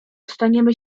staniemy